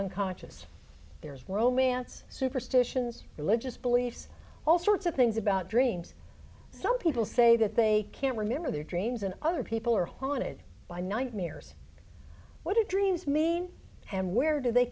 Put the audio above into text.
unconscious there's romance superstitions religious belief all sorts of things about dreams some people say that they can't remember their dreams and other people are haunted by nightmares what dreams maine and where do they